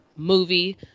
movie